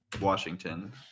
Washington